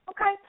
Okay